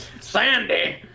Sandy